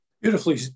Beautifully